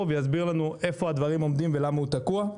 ויסביר לנו איפה הדברים עומדים ולמה הוא תקוע.